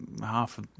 half